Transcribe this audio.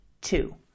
Two